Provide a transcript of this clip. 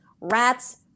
rats